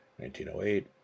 1908